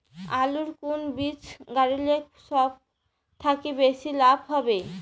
আলুর কুন বীজ গারিলে সব থাকি বেশি লাভ হবে?